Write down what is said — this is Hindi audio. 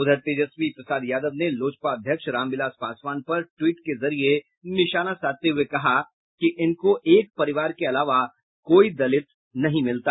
वहीं तेजस्वी प्रसाद यादव ने लोजपा अध्यक्ष रामविलास पासवान पर ट्विट के जरिए निशाना साधते हुए कहा कि इनको एक परिवार के अलावा कोई दलित नहीं मिलता